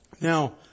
Now